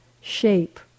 shape